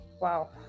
wow